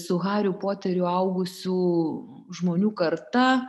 su hariu poteriu augusių žmonių karta